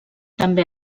també